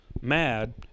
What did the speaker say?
mad